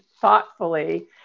thoughtfully